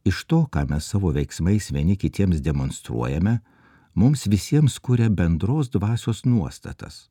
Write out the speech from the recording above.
iš to ką mes savo veiksmais vieni kitiems demonstruojame mums visiems kuria bendros dvasios nuostatas